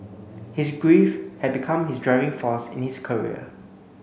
his grief had become his driving force in his career